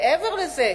מעבר לזה,